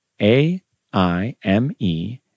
a-i-m-e